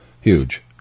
Huge